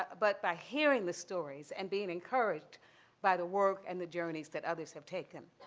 but by hearing the stories and being encouraged by the work and the journeys that others have taken.